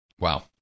Wow